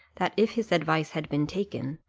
that if his advice had been taken,